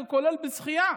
כולל בשחייה.